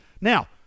Now